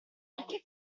perché